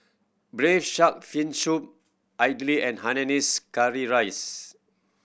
Braised Shark Fin Soup idly and Hainanese curry rice